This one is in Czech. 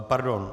Pardon.